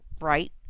right